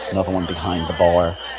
another one behind the bar,